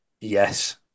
Yes